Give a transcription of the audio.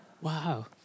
Wow